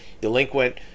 delinquent